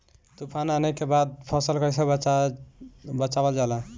तुफान आने के बाद फसल कैसे बचावल जाला?